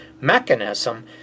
mechanism